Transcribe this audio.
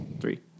three